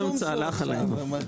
ששמענו שאמרת